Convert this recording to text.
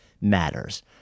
matters